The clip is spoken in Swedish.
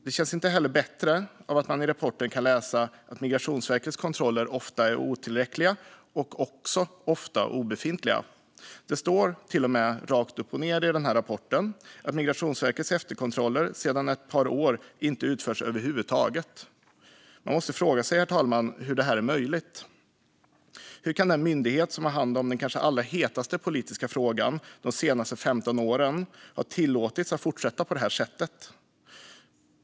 Det känns inte heller bättre när man i rapporten läser att Migrationsverkets kontroller ofta är obefintliga eller otillräckliga. Det står till och med rakt upp och ned i rapporten att Migrationsverkets efterkontroller sedan ett par år inte utförs över huvud taget. Man måste fråga sig hur det är möjligt, herr talman. Hur kan den myndighet som har hand om den kanske allra hetaste politiska frågan de senaste 15 åren ha tillåtits att fortsätta på det här sättet?